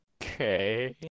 okay